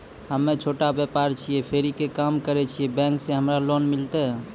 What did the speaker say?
हम्मे छोटा व्यपारी छिकौं, फेरी के काम करे छियै, बैंक से हमरा लोन मिलतै?